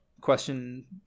question